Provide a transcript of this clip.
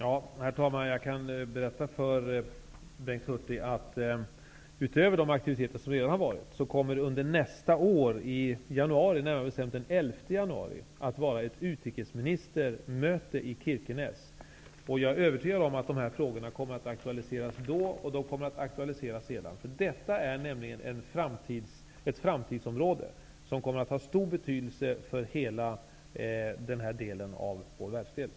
Herr talman! Jag kan berätta för Bengt Hurtig att utöver de aktiviteter som redan har förekommit, kommer det under januari nästa år, närmare bestämt den 11 januari, att hållas ett utrikesministermöte i Kirkenes. Jag är övertygad om att de här frågorna kommer att aktualiseras då och att de kommer att aktualiseras sedan. Detta är nämligen ett framtidsområde, som kommer att ha stor betydelse för hela den här delen av vår världsdel.